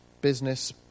business